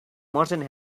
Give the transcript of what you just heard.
merchant